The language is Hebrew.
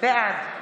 בעד